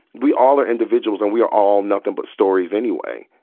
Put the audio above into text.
we all are individuals and we are all nothing but stories anyway.